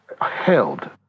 held